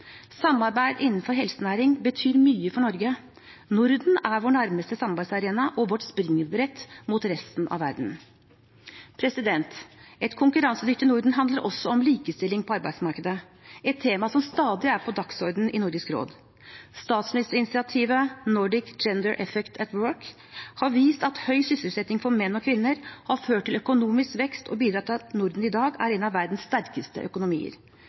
Samarbeid innenfor helsenæring betyr mye for Norge. Norden er vår nærmeste samarbeidsarena og vårt springbrett mot resten av verden. Et konkurransedyktig Norden handler også om likestilling på arbeidsmarkedet, et tema som stadig er på dagsordenen i Nordisk råd. Statsministerinitiativet The Nordic Gender Effect at Work har vist at høy sysselsetting for menn og kvinner har ført til økonomisk vekst og bidratt til at Norden i dag er en av verdens sterkeste økonomier.